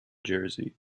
jersey